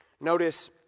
Notice